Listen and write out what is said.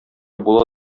була